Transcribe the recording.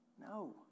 No